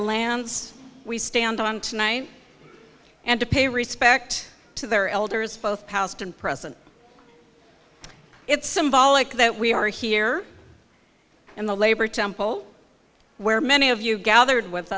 lands we stand on tonight and to pay respect to their elders five past and present it's symbolic that we are here in the labor temple where many of you gathered with